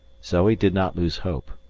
zoe did not lose hope.